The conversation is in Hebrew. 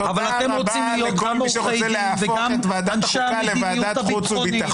אבל אתם רוצים להיות גם עורכי דין וגם קובעי המדיניות הביטחונית,